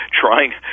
trying